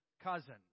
cousin